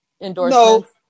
endorsements